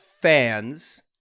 fans